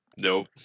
nope